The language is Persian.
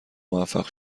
موفق